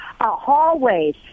hallways